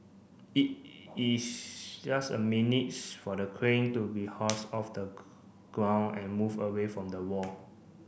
it is just a minutes for the crane to be off the ground and moved away from the wall